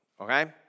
Okay